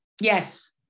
Yes